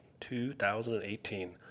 2018